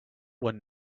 one